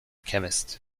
chemist